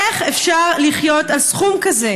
איך אפשר לחיות על סכום כזה?